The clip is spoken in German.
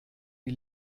die